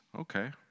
Okay